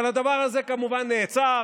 אבל הדבר הזה כמובן נעצר,